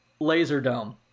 Laserdome